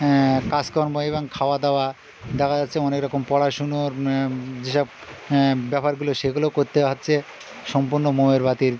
কাজকর্ম এবং খাওয়া দাওয়া দেখা যাচ্ছে অনেক রকম পড়াশুনোর যেসব ব্যাপারগুলো সেগুলো করতে হচ্ছে সম্পূর্ণ মোমের বাতির